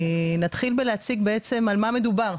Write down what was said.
נתחיל בלהציג בעצם על מה מדובר.